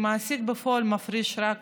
כי המעסיק בפועל מפריש רק